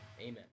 Amen